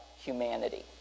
humanity